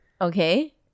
Okay